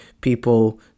people